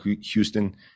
Houston